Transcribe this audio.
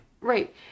Right